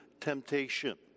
Temptation